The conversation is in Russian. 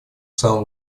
самый